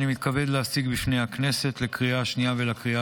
אני מתכבד להציג בפני הכנסת לקריאה השנייה ולקריאה